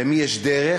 למי יש דרך,